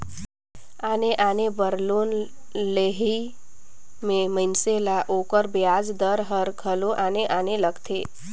आने आने बर लोन लेहई में मइनसे ल ओकर बियाज दर हर घलो आने आने लगथे